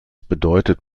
bedeutet